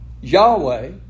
Yahweh